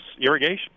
irrigation